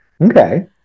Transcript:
okay